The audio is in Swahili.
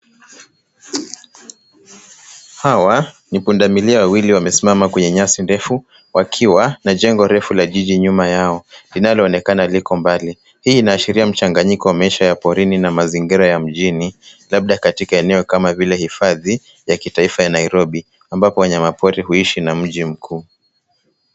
Hawa ni pundamilia wawili wamesimama kwenye nyasi ndefu, wakiwa na jengo refu la jiji nyuma yao, linaloonekana liko mbali. Hii inaashiria mchanganyiko wa maisha ya porini na mazingira ya mjini, labda katika eneo kama vile hifadhi ya kitaifa ya Nairobi, ambako wanyama pori huishi na mji mkuu.